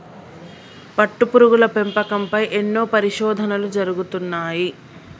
పట్టుపురుగుల పెంపకం పై ఎన్నో పరిశోధనలు జరుగుతున్నాయి